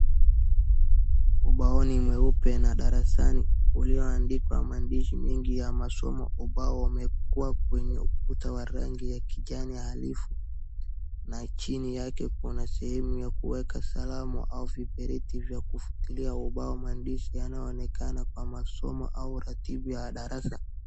Ubaoni mweupe na darasani ulioandikwa maandishi mengi ya masomo, ubao umewekwa kwenye ukuta wa rangi ya kijani ya halifu, na chini yake kuna sehemu ya kuweka salama viberiti vya kufutia ubao, maandishi yanaonekana kwa masomo au ratiba ya darasa.